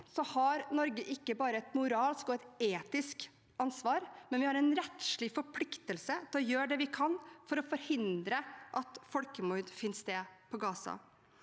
har Norge ikke bare et moralsk og et etisk ansvar, vi har også en rettslig forpliktelse til å gjøre det vi kan for å forhindre at folkemord finner sted i Gaza.